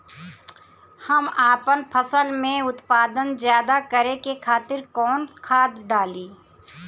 हम आपन फसल में उत्पादन ज्यदा करे खातिर कौन खाद डाली?